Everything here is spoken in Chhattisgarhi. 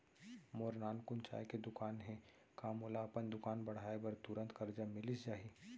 मोर नानकुन चाय के दुकान हे का मोला अपन दुकान बढ़ाये बर तुरंत करजा मिलिस जाही?